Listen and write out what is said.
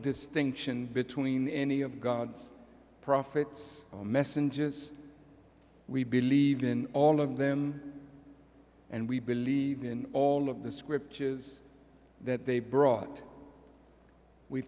distinction between any of god's prophets messenger we believe in all of them and we believe in all of the scriptures that they brought we